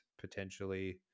potentially